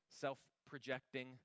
self-projecting